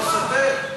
לא סותר?